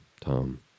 Tom